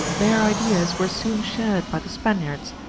their ideas were soon shared by the spaniards,